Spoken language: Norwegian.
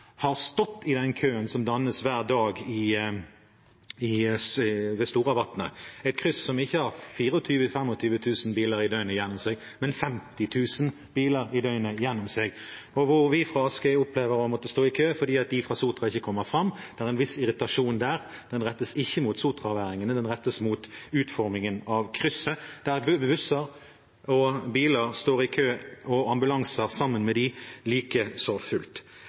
har stått i den køen som dannes hver dag ved Storavatnet, et kryss som ikke har 24 000–25 000 biler i døgnet i gjennomsnitt, men 50 000 biler i døgnet i gjennomsnitt. Vi fra Askøy opplever å måtte stå i kø fordi de fra Sotra ikke kommer fram. Det er en viss irritasjon der. Den rettes ikke mot sotraværingene, den rettes mot utformingen av krysset, der busser og biler står i kø – og ambulanser sammen med dem, like så fullt.